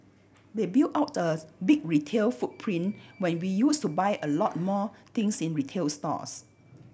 they built out a big retail footprint when we used to buy a lot more things in retail stores